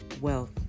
wealth